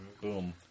boom